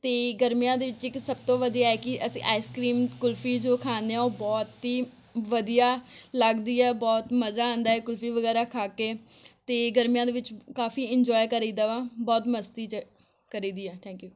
ਅਤੇ ਗਰਮੀਆਂ ਦੇ ਵਿੱਚ ਇੱਕ ਸਭ ਤੋਂ ਵਧੀਆ ਹੈ ਕਿ ਅਸੀਂ ਆਈਸ ਕਰੀਮ ਕੁਲਫ਼ੀ ਜੋ ਖਾਂਦੇ ਹਾਂ ਉਹ ਬਹੁਤ ਹੀ ਵਧੀਆ ਲੱਗਦੀ ਆ ਬਹੁਤ ਮਜ਼ਾ ਆਉਂਦਾ ਕੁਲਫ਼ੀ ਵਗੈਰਾ ਖਾ ਕੇ ਅਤੇ ਗਰਮੀਆਂ ਦੇ ਵਿੱਚ ਕਾਫ਼ੀ ਇਨਜੋਏ ਕਰੀਦਾ ਵਾ ਬਹੁਤ ਮਸਤੀ 'ਚ ਕਰੀਦੀ ਆ ਥੈਂਕ ਯੂ